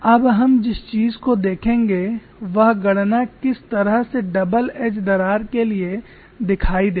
अब हम जिस चीज को देखेंगे वह गणना किस तरह से डबल एज दरार के लिए दिखाई देगी